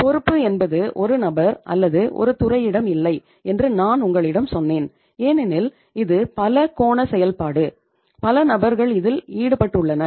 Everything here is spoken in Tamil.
பொறுப்பு என்பது ஒரு நபர் அல்லது ஒரு துறையிடம் இல்லை என்று நான் உங்களிடம் சொன்னேன் ஏனெனில் இது பல கோண செயல்பாடு பல நபர்கள் இதில் ஈடுபட்டுள்ளனர்